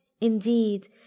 Indeed